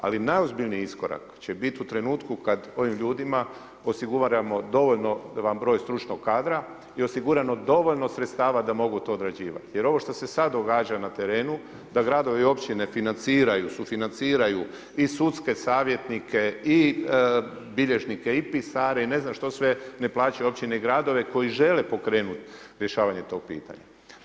Ali najozbiljniji iskorak će biti u trenutku kad ovim ljudima osiguramo dovoljan broj stručnog kadra i osiguramo dovoljno sredstava da mogu to odrađivati jer ovo što se sad događa na terenu, da gradovi i općine financiraju, sufinanciraju i sudske savjetnike i bilježnice i pisare i ne znam što sve ne plaćaju općine i gradovi koji žele pokrenuti rješavanje tog pitanja.